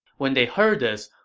when they heard this,